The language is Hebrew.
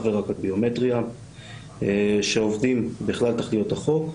ורק על ביומטריה שעובדים בכלל על תכליות החוק,